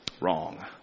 Wrong